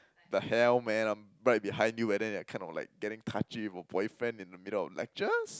the hell man I'm right behind you and then you are kind of like getting touchy with your boyfriend in the middle of lectures